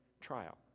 trial